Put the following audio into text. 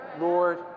Lord